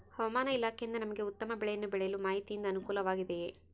ಹವಮಾನ ಇಲಾಖೆಯಿಂದ ನಮಗೆ ಉತ್ತಮ ಬೆಳೆಯನ್ನು ಬೆಳೆಯಲು ಮಾಹಿತಿಯಿಂದ ಅನುಕೂಲವಾಗಿದೆಯೆ?